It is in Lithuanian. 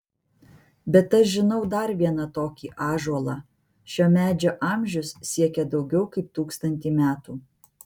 bet aš žinau dar vieną tokį ąžuolą šio medžio amžius siekia daugiau kaip tūkstantį metų